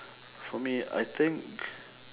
for me I think